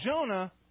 Jonah